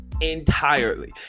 Entirely